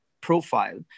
profile